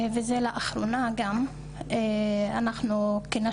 וגם בתוכנית של "מעט אלימות כלפי